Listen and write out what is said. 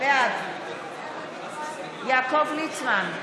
בעד יעקב ליצמן,